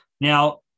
Now